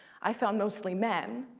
i found mostly men,